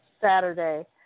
Saturday